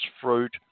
fruit